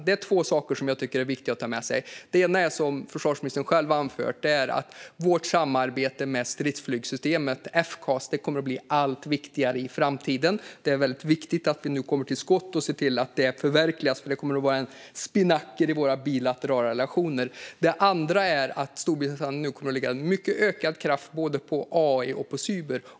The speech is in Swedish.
Det är två saker som jag tycker är viktiga att ta med sig. Det ena, som försvarsministern själv har anfört man, är att vårt samarbete i stridsflygssystemet FCAS kommer att bli allt viktigare i framtiden. Det är viktigt att vi nu kommer till skott och ser till att det förverkligas, för det kommer att vara en spinnaker i våra bilaterala relationer. Det andra är att Storbritannien nu kommer att lägga mycket ökad kraft på AI och cyber.